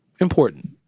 important